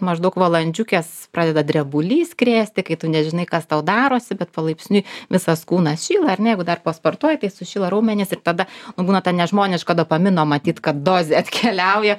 maždaug valandžiukės pradeda drebulys krėsti kai tu nežinai kas tau darosi bet palaipsniui visas kūnas šyla ar ne jeigu dar pasportuoji tai sušyla raumenys ir tada nu būna ta nežmoniško dopamino matyt kad dozė atkeliauja